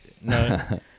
no